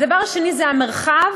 הדבר השני זה המרחב,